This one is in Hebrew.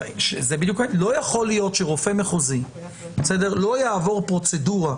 לא יכול להיות שרופא מחוזי לא יעבור פרוצדורה,